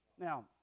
Now